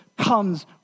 Comes